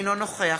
אינו נוכח